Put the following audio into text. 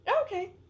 Okay